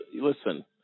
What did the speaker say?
listen